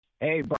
Hey